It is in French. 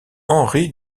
henri